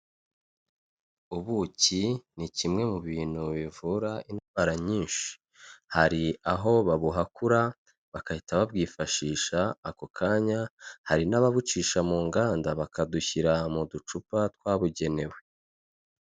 Ubuki ni kimwe mu bintu bivura indwara nyinshi, hari aho babuhakura bagahita babwifashisha ako kanya hari n'ababucisha mu nganda bakabushyira mu ducupa twabugenewe.